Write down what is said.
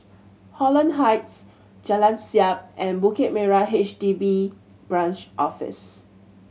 Holland Heights Jalan Siap and Bukit Merah H D B Branch Office